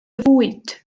fwyd